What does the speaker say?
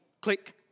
click